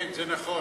כן, זה נכון.